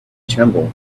tremble